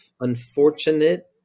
unfortunate